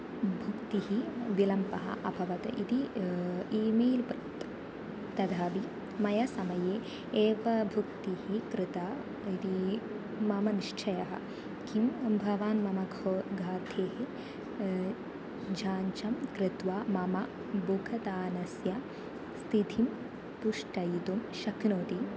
भुक्तिः विलम्बः अभवत् इति ईमेल् प्राप्तं तदापि मया समये एव भुक्तिः कृता इति मम निश्चयः किं भवान् मम खोघाथेः झाञ्छं कृत्वा मम बुखतानस्य स्तिथिं पुष्टयितुं शक्नोति